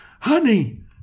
honey